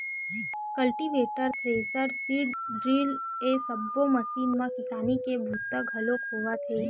cultivator, thresher, seed drill ए सब्बो machine म किसानी के बूता घलोक होवत हे